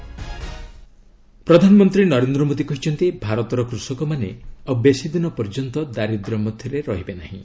PM ପ୍ରଧାନମନ୍ତ୍ରୀ ନରେନ୍ଦ୍ର ମୋଦୀ କହିଛନ୍ତି ଭାରତର କୃଷକମାନେ ଆଉ ବେଶିଦିନ ପର୍ଯ୍ୟନ୍ତ ଦାରିଦ୍ୟ ମଧ୍ୟରେ ରହିବେ ନାହିଁ